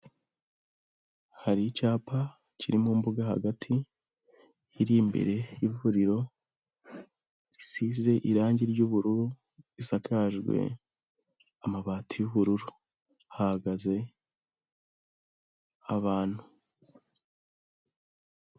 Hari icyapa, kiri mu mbuga hagati, iri imbere y'ivuriro, risize irangi ry'ubururu, risakajwe, amabati y'ubururu. Hahagaze, abantu.